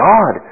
God